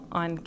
on